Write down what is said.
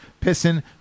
pissing